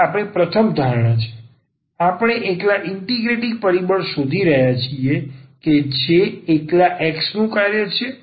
તે આપણી પ્રથમ ધારણા છે કે આપણે એકલા ઇન્ટિગરેટિંગ પરિબળ શોધી રહ્યા છીએ જે એકલા x નું કાર્ય છે અથવા તે એકલા y નું કાર્ય છે